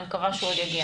אני מקווה שהוא עוד יגיע.